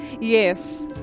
Yes